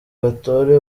batore